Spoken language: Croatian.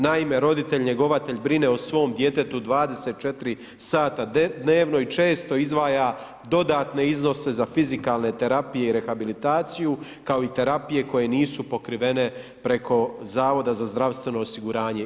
Naime, roditelj njegovatelj brine o svom djetetu 24 sata dnevno i često izdvaja dodatne iznose za fizikalne terapije i rehabilitaciju kao i terapije koje nisu pokrivene preko Zavoda zdravstveno osiguranje.